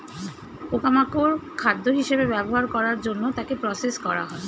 পোকা মাকড় খাদ্য হিসেবে ব্যবহার করার জন্য তাকে প্রসেস করা হয়